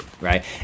right